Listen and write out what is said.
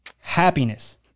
Happiness